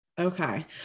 okay